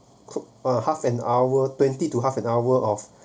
uh half an hour twenty two half an hour of